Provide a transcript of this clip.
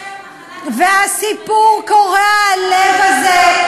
והסיפור קורע הלב הזה,